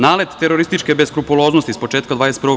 Nalet terorističke beskrupuloznosti s početka 21.